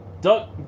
Duck